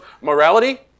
morality